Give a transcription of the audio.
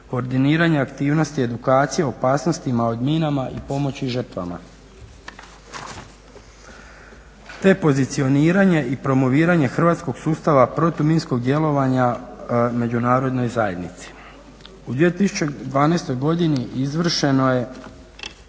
koordiniranje aktivnosti edukacije o opasnostima od minama i pomoći žrtvama te pozicioniranje i promoviranje hrvatskog sustava protuminskog djelovanja međunarodnoj zajednici. U 2012.godini izvršeno je